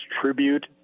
Tribute